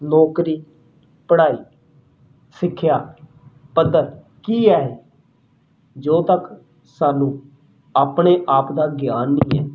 ਨੌਕਰੀ ਪੜ੍ਹਾਈ ਸਿੱਖਿਆ ਪੱਧਰ ਕੀ ਹੈ ਜਦੋਂ ਤੱਕ ਸਾਨੂੰ ਆਪਣੇ ਆਪ ਦਾ ਗਿਆਨ ਨਹੀਂ ਹੈ